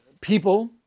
people